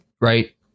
right